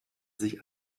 sich